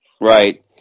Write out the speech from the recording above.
Right